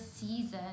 season